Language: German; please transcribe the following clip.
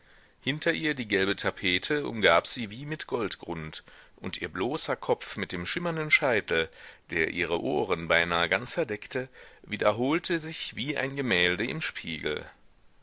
hinter ihr die gelbe tapete umgab sie wie mit goldgrund und ihr bloßer kopf mit dem schimmernden scheitel der ihre ohren beinahe ganz verdeckte wiederholte sich wie ein gemälde im spiegel